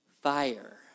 fire